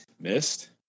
Missed